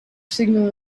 signal